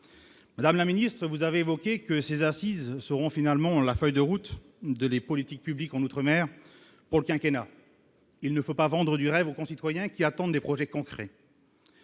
madame la ministre, vous avez évoqué que ces assises seront finalement la feuille de route de les politiques publiques en outre-mer pour le quinquennat il ne faut pas vendre du rêve aux concitoyens qui attendent des projets concrets.